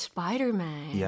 Spider-Man